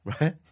right